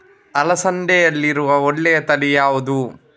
ಅಲಸಂದೆಯಲ್ಲಿರುವ ಒಳ್ಳೆಯ ತಳಿ ಯಾವ್ದು?